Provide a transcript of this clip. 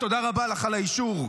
תודה רבה לך על האישור.